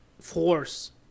force